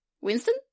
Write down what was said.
Winston